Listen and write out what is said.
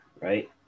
right